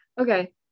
Okay